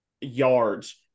yards